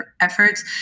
efforts